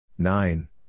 Nine